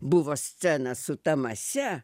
buvo scena su ta mase